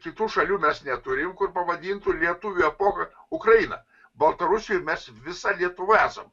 kitų šalių mes neturim kur pavadintų lietuvių epocha ukraina baltarusija ir mes visa lietuva esam